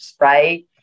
Right